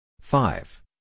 five